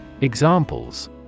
Examples